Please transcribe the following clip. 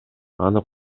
аны